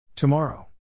Tomorrow